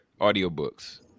audiobooks